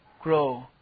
grow